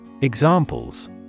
Examples